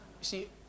see